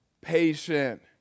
patient